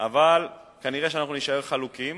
אבל כנראה אנחנו נישאר חלוקים,